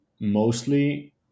mostly